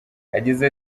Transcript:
yagize